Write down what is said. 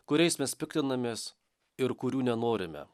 kuriais mes piktinamės ir kurių nenorime